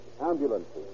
ambulances